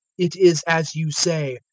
it is as you say,